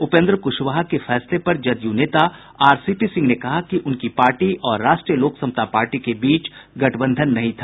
उपेंद्र कुशवाहा के फैसले पर जदयू नेता आरसीपी सिंह ने कहा कि उनकी पार्टी और राष्ट्रीय लोक समता पार्टी के बीच गठबंधन नहीं था